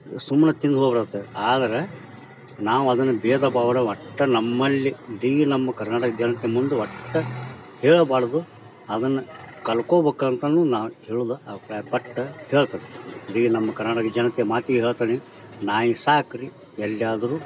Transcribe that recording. ಸುಮ್ಮನೆ ತಿಂದು ಹೋಗ್ಬಿಡುತ್ತೆ ಅದು ಆದರೆ ನಾವದನ್ನು ಭೇದ ಭಾವನ ಒಟ್ಟು ನಮ್ಮಲ್ಲಿ ಇಡೀ ನಮ್ಮ ಕರ್ನಾಟಕದ ಜನತೆ ಮುಂದೆ ಒಟ್ಟು ಹೇಳಬಾರ್ದು ಅದನ್ನು ಕಲ್ತ್ಕೊಳ್ಬೇಕಂತಂದು ನಾನು ಹೇಳೊದು ಅಭಿಪ್ರಾಯ ಪಟ್ಟು ಹೇಳ್ತೇನೆ ಇಡೀ ನಮ್ಮ ಕರ್ನಾಟಕ ಜನತೆ ಮಾತಿಗೆ ಹೇಳ್ತೀನಿ ನಾಯಿ ಸಾಕಿರಿ ಎಲ್ಲಿ ಆದ್ರೂ